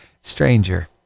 stranger